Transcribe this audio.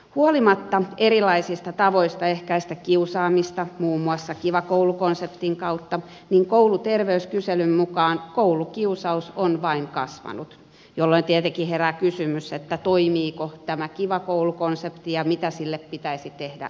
huolimatta erilaisista tavoista ehkäistä kiusaamista muun muassa kiva koulu konseptin kautta niin kouluterveyskyselyn mukaan koulukiusaus on vain kasvanut jolloin tietenkin herää kysymys toimiiko tämä kiva koulu konsepti ja mitä sille pitäisi tehdä lisää